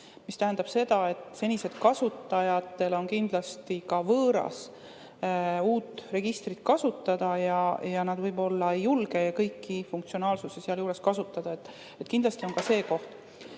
See tähendab seda, et senistel kasutajatel on kindlasti ka võõras uut registrit kasutada ja nad võib-olla ei julge kõiki funktsionaalsusi kasutada. Kindlasti on siin ka see koht.